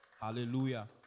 hallelujah